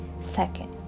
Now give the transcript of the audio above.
Second